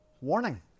Warning